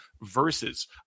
versus